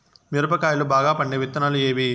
మిరప కాయలు బాగా పండే విత్తనాలు ఏవి